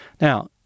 Now